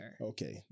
Okay